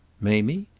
mamie?